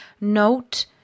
Note